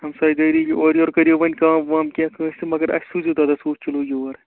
ہمسایہِ دٲری اوٚرٕ یوٚر کٔرِیوٗ وۅنۍ کَم وَم کیٚنٛہہ کٲنٛسہِ تہِ مگر اَسہِ سوٗزۍزیٚو دۄدَس وُہ کِلوٗ یور